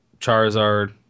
Charizard